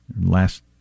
Last